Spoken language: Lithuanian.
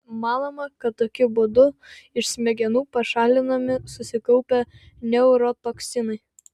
manoma kad tokiu būdu iš smegenų pašalinami susikaupę neurotoksinai